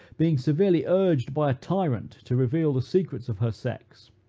being severely urged by a tyrant to reveal the secrets of her sex,